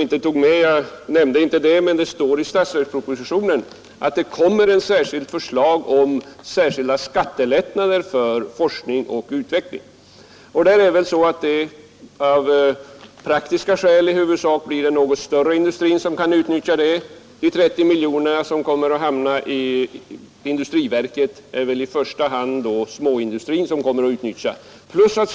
inte tog med men som står upptaget i statsverkspropositionen. Det kommer ett särskilt förslag om speciella skattelättnader för forskning och utveckling. Av praktiska skäl blir det i huvudsak den något större industrin som kan utnyttja dessa lättnader. Det blir väl i första hand småindustrin som kommer att utnyttja de 30 nisk utveckling nisk utveckling miljoner, vilka hamnar i industriverket.